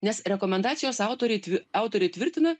nes rekomendacijos autoriai tvi autoriai tvirtina